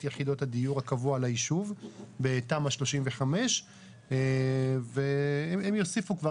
יחידות הדיור הקבוע ליישוב בתמ"א 35. הם יוסיפו כבר.